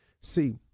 See